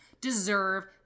deserve